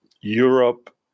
Europe